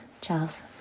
Charles